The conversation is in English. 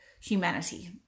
humanity